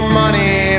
money